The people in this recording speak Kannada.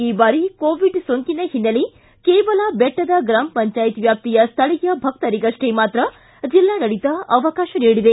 ಈ ಬಾರಿ ಕೊರೊನಾ ಸೋಂಕಿನ ಹಿನ್ನೆಲೆ ಕೇವಲ ಬೆಟ್ಟದ ಗ್ರಾಮ ಪಂಚಾಯತ್ ವ್ಯಾಪ್ತಿಯ ಸ್ಥಳೀಯ ಭಕ್ತರಿಗಷ್ಷೇ ಮಾತ್ರ ಜಿಲ್ಲಾಡಳಿತ ಅವಕಾಶ ನೀಡಿದೆ